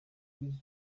weasel